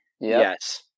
yes